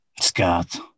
Scott